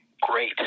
great